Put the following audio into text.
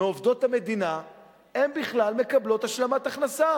מעובדות המדינה מקבלות השלמת הכנסה